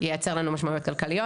ייצר לנו משמעויות כלכליות.